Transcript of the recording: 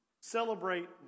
celebrate